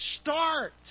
start